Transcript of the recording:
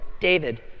David